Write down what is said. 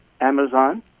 Amazon